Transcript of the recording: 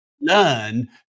Learn